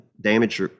damage